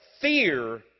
fear